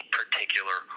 particular